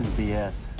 b s.